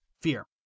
fear